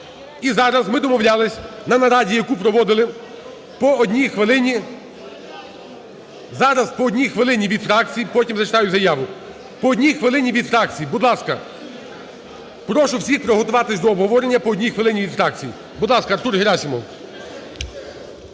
І зараз, ми домовлялись на нараді, яку проводили, по одній хвилині, зараз по одній хвилині від фракцій, потім зачитаю заяву. По одній хвилині від фракцій. Будь ласка, прошу всіх приготуватися до обговорення по одній хвилині від фракцій. Будь ласка, Артур Герасимов.